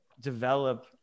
develop